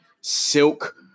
Silk